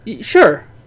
Sure